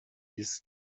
است